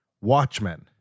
Watchmen